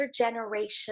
intergenerational